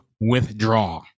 withdraw